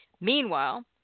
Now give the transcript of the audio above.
Meanwhile